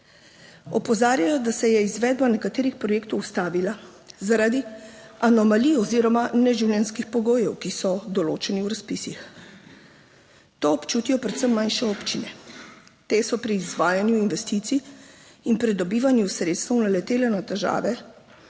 Opozarjajo, da se je izvedba nekaterih projektov ustavila, zaradi anomalij oziroma neživljenjskih pogojev, ki so določeni v razpisih. To občutijo predvsem manjše občine. Te so pri izvajanju investicij in pridobivanju sredstev naletele na težave,